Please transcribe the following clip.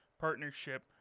partnership